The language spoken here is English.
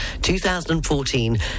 2014